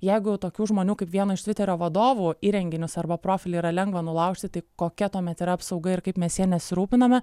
jeigu tokių žmonių kaip vieno iš tviterio vadovų įrenginius arba profilį yra lengva nulaužti tai kokia tuomet yra apsauga ir kaip mes ja nesirūpiname